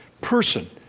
person